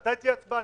מתי תהיה ההצבעה?